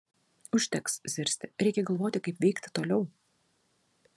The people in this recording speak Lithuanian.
užteks zirzti reikia galvoti kaip veikti toliau